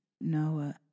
Noah